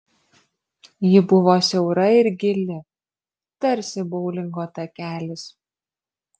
ji buvo siaura ir gili tarsi boulingo takelis